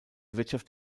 wirtschaft